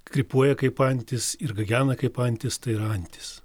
krypuoja kaip antis ir gagena kaip antis tai yra antis